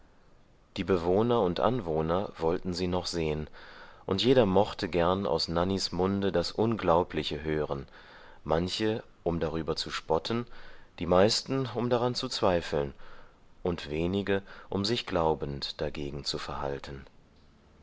die bewohner und anwohner wollten sie noch sehen und jeder mochte gern aus nannys munde das unglaubliche hören manche um darüber zu spotten die meisten um daran zu zweifeln und wenige um sich glaubend dagegen zu verhalten